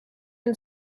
and